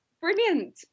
Brilliant